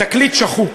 לתקליט שחוק,